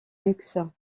luxe